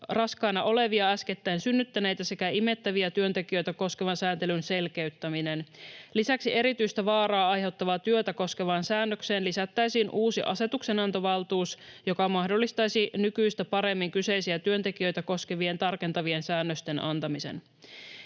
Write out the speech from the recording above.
raskaana olevia, äskettäin synnyttäneitä sekä imettäviä työntekijöitä koskevan sääntelyn selkeyttäminen. Lisäksi erityistä vaaraa aiheuttavaa työtä koskevaan säännökseen lisättäisiin uusi asetuksenantovaltuus, joka mahdollistaisi nykyistä paremmin kyseisiä työntekijöitä koskevien tarkentavien säännösten antamisen.